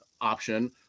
option